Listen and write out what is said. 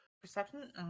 Perception